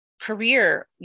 career